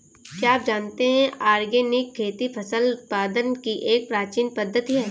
क्या आप जानते है ऑर्गेनिक खेती फसल उत्पादन की एक प्राचीन पद्धति है?